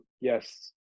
yes